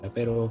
Pero